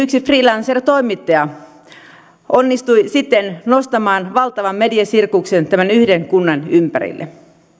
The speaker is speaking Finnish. yksi freelancertoimittaja onnistui siten nostamaan valtavan mediasirkuksen tämän yhden kunnan ympärille